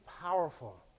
powerful